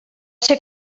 ser